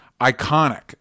iconic